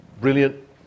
brilliant